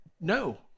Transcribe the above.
no